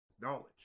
knowledge